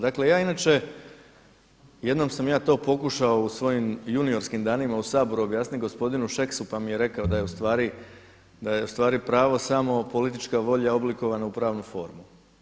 Dakle, ja inače jednom sam ja to pokušao u svojim juniorskim danima u Saboru objasniti gospodinu Šeksu pa mi je rekao da je u stvari pravo samo politička volja oblikovana u pravnu formu.